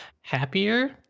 happier